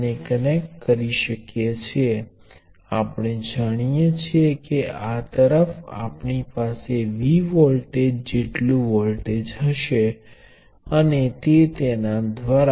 તેથીઓપન સર્કિટનો ખરેખર અર્થ એ છે કે આ બંને નોડ વચ્ચે કોઈ જોડાણ નથી અને ઓપન સર્કિટ્સ એટલે બીજા શબ્દોમાં આ બે નોડ વચ્ચે કોઈ પ્રવાહ વહેતો નથી પ્ર્વાહ એ 0 બરાબર છે